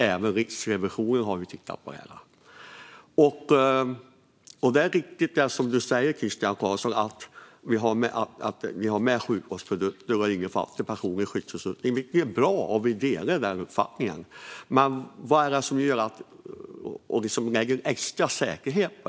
Även Riksrevisionen har tittat på detta. Det som Christian Carlsson säger är riktigt: Sjukvårdsprodukter och personlig skyddsutrustning innefattas. Detta är bra; vi delar den uppfattningen. Men vad är det som skapar extra säkerhet här?